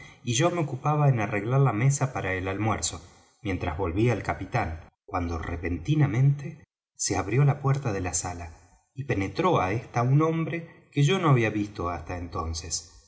y yo me ocupaba en arreglar la mesa para el almuerzo mientras volvía el capitán cuando repentinamente se abrió la puerta de la sala y penetró á ésta un hombre que yo no había visto hasta entonces